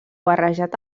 barrejat